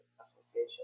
Association